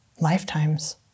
Lifetimes